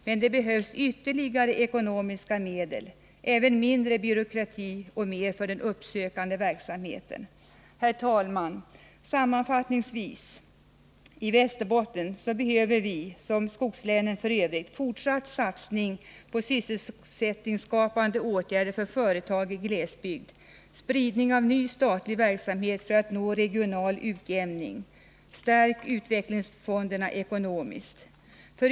Men det behövs ytterligare ekonomiska medel samt mindre byråkrati och utökad uppsökande verksamhet. Herr talman! Sammanfattningsvis: I Västerbotten liksom i skogslänen i Övrigt behövs en fortsatt satsning på sysselsättningsskapande åtgärder för företag i glesbygd, en spridning av ny statlig verksamhet för att nå regional utjämning och en förstärkning av utvecklingsfonderna ekonomiskt.